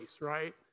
right